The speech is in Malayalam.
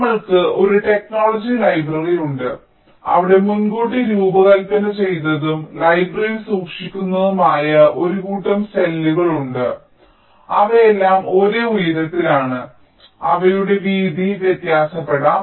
നമ്മൾക്കു ഒരു ടെക്നോളജി ലൈബ്രറി ഉണ്ട് അവിടെ മുൻകൂട്ടി രൂപകൽപ്പന ചെയ്തതും ലൈബ്രറിയിൽ സൂക്ഷിച്ചിരിക്കുന്നതുമായ ഒരു കൂട്ടം സെല്ലുകൾ ഉണ്ട് അവയെല്ലാം ഒരേ ഉയരത്തിലാണ് അവയുടെ വീതി വ്യത്യാസപ്പെടാം